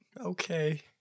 Okay